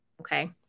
Okay